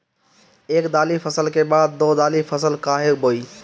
एक दाली फसल के बाद दो डाली फसल काहे बोई?